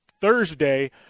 Thursday